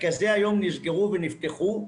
מרכזי היום נסגרו ונפתחו.